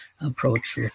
approach